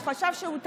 והוא חשב שהוא תמיד,